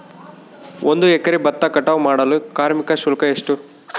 ಒಂದು ಎಕರೆ ಭತ್ತ ಕಟಾವ್ ಮಾಡಲು ಕಾರ್ಮಿಕ ಶುಲ್ಕ ಎಷ್ಟು?